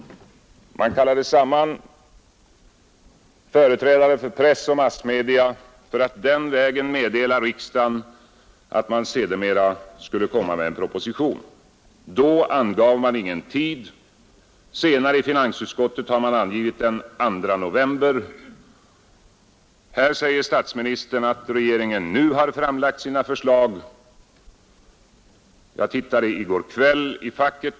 Man kallade samman företrädare för press och övriga massmedia för att den vägen meddela riksdagen att man sedermera skulle komma med en proposition. Då angav man ingen tid. Senare — i finansutskottet — har man angivit den 2 november. Här säger statsministern att regeringen nu har framlagt sina förslag. Jag tittade i går kväll i facket.